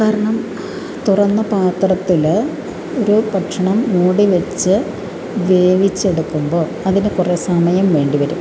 കാരണം തുറന്ന പാത്രത്തിൽ ഒരു ഭക്ഷണം മൂടി വച്ച് വേവിച്ചെടുക്കുമ്പോൾ അതിന് കുറേ സമയം വേണ്ടി വരും